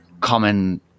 common